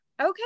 Okay